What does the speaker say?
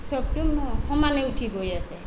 চবতো সমানে উঠি গৈ আছে